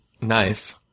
Nice